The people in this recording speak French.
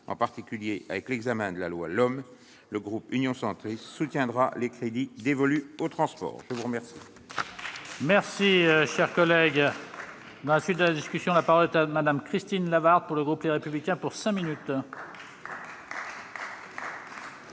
en particulier avec l'examen de la LOM, le groupe Union Centriste soutiendra les crédits dévolus aux transports. La parole